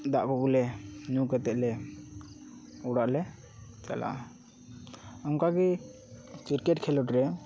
ᱫᱟᱜ ᱠᱚᱞᱮ ᱧᱩ ᱠᱟᱛᱮᱜ ᱞᱮ ᱚᱲᱟᱜ ᱞᱮ ᱪᱟᱞᱟᱜᱼᱟ ᱚᱱᱠᱟ ᱜᱮ ᱠᱤᱨᱠᱮᱴ ᱠᱷᱮᱞᱳᱰ ᱨᱮ